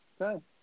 Okay